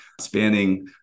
spanning